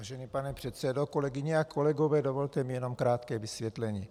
Vážený pane předsedo, kolegyně a kolegové, dovolte mi jenom krátké vysvětlení.